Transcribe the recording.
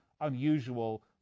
unusual